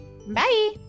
Bye